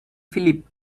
phillip